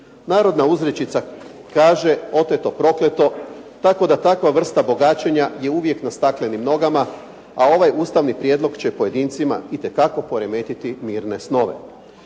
Narodna uzrečica kaže oteto prokleto tako da takva vrsta bogaćenja je uvijek na staklenim nogama a ovaj ustavni prijedlog će pojedincima itekako poremetiti mirne snove.